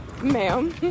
Ma'am